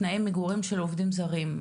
תנאי מגורים של עובדים זרים,